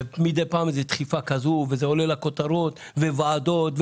מדי פעם יש איזו דחיפה וזה עולה לכותרות ומגיע לוועדות,